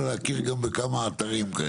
אלא גם להכיר בכמה אתרים כאלה.